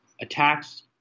Attacks